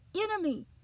enemy